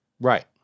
Right